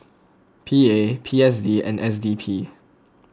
P A P S D and S D P